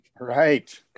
right